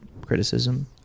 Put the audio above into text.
Criticism